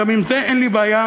גם עם זה אין לי בעיה,